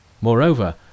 Moreover